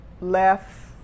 left